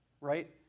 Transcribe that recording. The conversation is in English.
Right